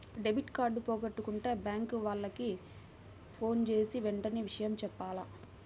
debit card పోగొట్టుకుంటే bank వాళ్లకి ఫోన్జేసి వెంటనే విషయం జెప్పాల